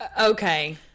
Okay